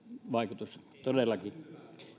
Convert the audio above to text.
vaikutus todellakin